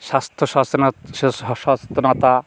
স্বাস্থ্য সচেতনতা